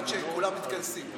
עד שכולם מתכנסים: